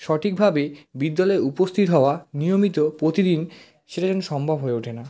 সঠিকভাবে বিদ্যালয়ে উপস্থিত হওয়া নিয়মিত প্রতিদিন সেটা যেন সম্ভব হয়ে ওঠে না